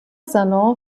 salon